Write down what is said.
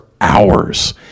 hours